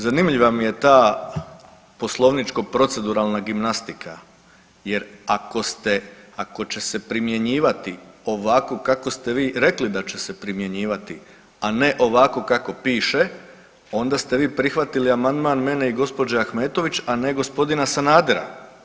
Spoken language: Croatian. Zanimljiva vam je ta poslovničko-proceduralna gimnastika, jer ako će se primjenjivati ovako kako ste vi rekli da će se primjenjivati a ne ovako kako piše onda ste vi prihvatili amandman mene i gospođe Ahmetović, a ne gospodina Sanadera.